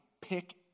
pick